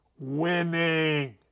winning